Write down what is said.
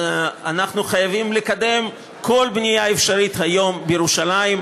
אנחנו חייבים לקדם כל בנייה אפשרית היום בירושלים,